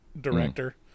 director